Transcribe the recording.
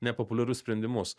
nepopuliarius sprendimus